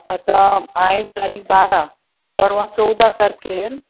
आतां आयज तारीख बारा परवां चोवदा तारखेर